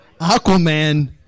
Aquaman